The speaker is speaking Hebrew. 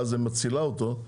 ואז היא מצילה אותו,